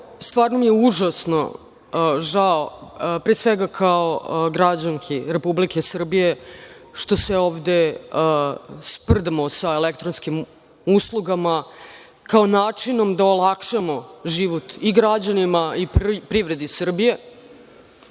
stvarno mi je užasno žao, pre svega kao građanki Republike Srbije, što se ovde sprdamo sa elektronskim uslugama, kao načinom da olakšamo život i građanima i privredi Srbije